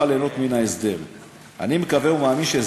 לא יוכל ליהנות מההסדר.